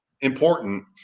important